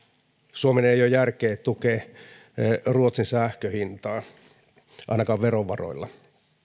suomen ei ei ole järkeä tukea ruotsin sähkönhintaa ainakaan verovaroilla